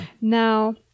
Now